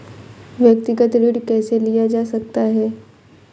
व्यक्तिगत ऋण कैसे लिया जा सकता है?